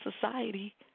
society